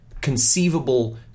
conceivable